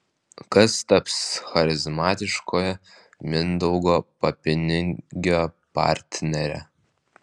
kas taps charizmatiškojo mindaugo papinigio partnere